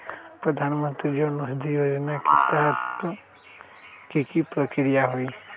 प्रधानमंत्री जन औषधि योजना के तहत की की प्रक्रिया होई?